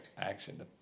action